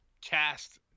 cast